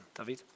David